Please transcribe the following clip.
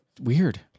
weird